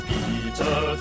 Peter